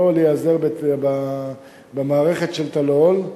או להיעזר במערכת של "טלאול",